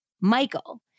Michael